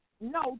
no